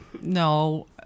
no